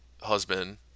husband